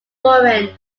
foreign